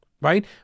Right